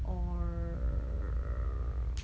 or